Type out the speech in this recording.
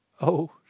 Oh